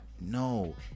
no